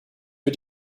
für